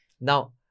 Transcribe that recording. Now